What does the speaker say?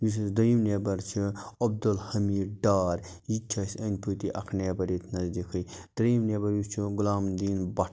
یُس اَسہِ دٔیِم نیبَر چھِ عبدالحمیٖد ڈار یہِ تہِ چھِ اَسہِ أنٛدۍ پٔتی اکھ نیبَر ییٚتہِ نزدیٖکھٕے ترٛیٚیِم نیبَر یُس چھِ غلام الدیٖن بَٹ